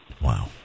wow